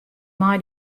mei